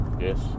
yes